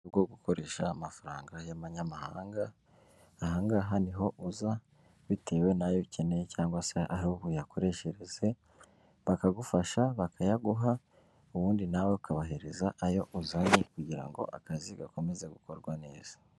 Bwo gukoresha amafaranga y'amanyamahanga ahangaha niho uza bitewe n'ayo ukeneye cyangwa se ari uyakoresheze bakagufasha bakayaguha ubundi nawe ukabahereza ayo uzanye kugira ngo akazi gakomeze gukorwa neza.